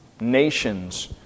nations